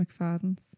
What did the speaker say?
McFadden's